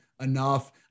enough